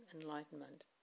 enlightenment